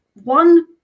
one